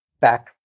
back